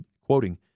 quoting